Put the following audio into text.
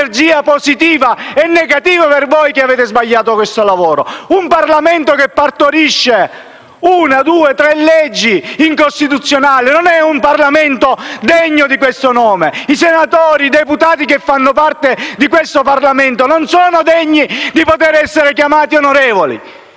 Un Parlamento che partorisce una, due o tre leggi incostituzionali non è un Parlamento degno di questo nome. I senatori e i deputati che fanno parte di questo Parlamento non sono degni di essere chiamati onorevoli.